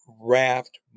raft